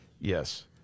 Yes